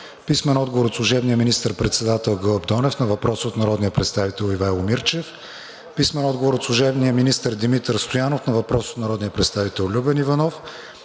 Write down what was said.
Иванова; – служебния министър-председател Гълъб Донев на въпрос от народния представител Ивайло Мирчев; – служебния министър Димитър Стоянов на въпрос от народния представител Любен Иванов;